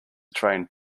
train